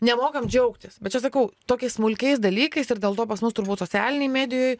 nemokam džiaugtis bet čia sakau tokiais smulkiais dalykais ir dėl to pas mus turbūt socialinėj medijoj